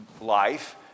life